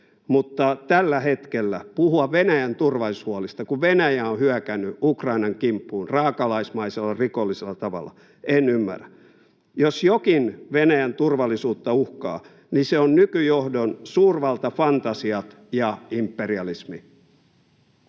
mutta tällä hetkellä puhua Venäjän turvallisuushuolista, kun Venäjä on hyökännyt Ukrainan kimppuun raakalaismaisella, rikollisella tavalla — en ymmärrä. Jos jokin Venäjän turvallisuutta uhkaa, niin se on nykyjohdon suurvaltafantasiat ja imperialismi.